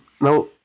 Now